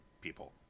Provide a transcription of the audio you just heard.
people